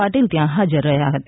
પાટિલ ત્યાં હાજર રહ્યા હતા